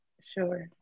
sure